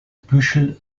büschel